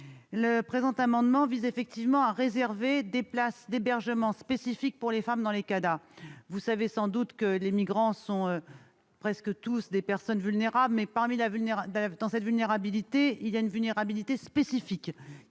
Le présent amendement vise à réserver des places d'hébergement spécifiques pour les femmes dans les CADA. Vous savez sans doute que les migrants sont presque tous des personnes vulnérables. Cependant, dans cette vulnérabilité, il est une vulnérabilité spécifique,